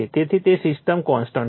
તેથી તે system constant છે